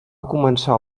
començar